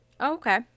Okay